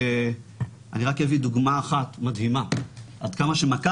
אני אביא דוגמה אחת מדהימה עד כמה שמכה